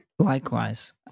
Likewise